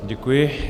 Děkuji.